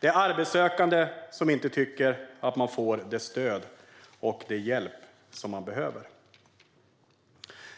Det är arbetssökande som inte tycker att de får det stöd och den hjälp som de behöver.